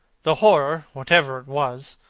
the horror, whatever it was,